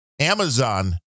Amazon